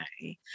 okay